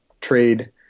trade